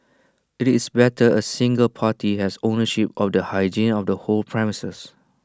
IT is better A single party has ownership of the hygiene of the whole premises